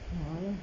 a'ah lah